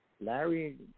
Larry